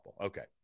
Okay